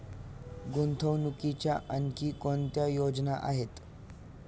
गुंतवणुकीच्या आणखी कोणत्या योजना आहेत?